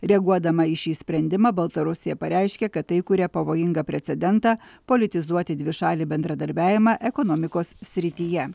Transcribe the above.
reaguodama į šį sprendimą baltarusija pareiškė kad tai kuria pavojingą precedentą politizuoti dvišalį bendradarbiavimą ekonomikos srityje